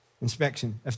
inspection